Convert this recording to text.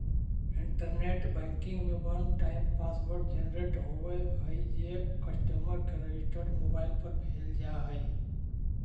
internet banking में one time password generate होवऽ हइ जे कस्टमर के रजिस्टर्ड मोबाइल पर भेजल जा हइ